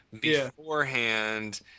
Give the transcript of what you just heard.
beforehand